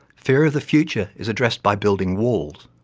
fear of the future is addressed by building walls,